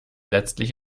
letztlich